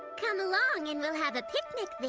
come along and we'll have a picnic there.